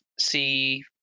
see